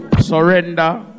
Surrender